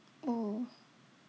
oh